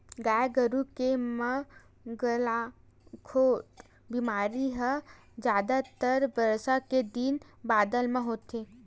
गाय गरु के म गलाघोंट बेमारी ह जादातर बरसा के दिन बादर म होथे